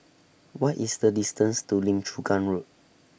What IS The distance to Lim Chu Kang Road